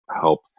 help